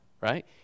right